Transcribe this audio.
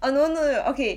orh no no no okay